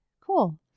Cool